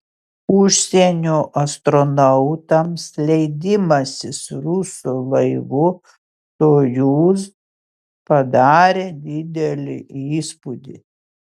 užsienio astronautams leidimasis rusų laivu sojuz padarė didelį įspūdį